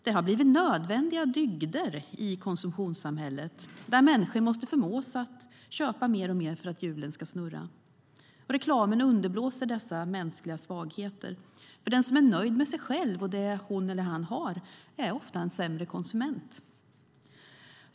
Det har blivit nödvändiga dygder i konsumtionssamhället där människor måste förmås att köpa mer och mer för att hjulen ska snurra. Reklamen underblåser dessa mänskliga svagheter, för den som är nöjd med sig själv och det hon eller han har är ofta en sämre konsument.